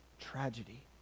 tragedy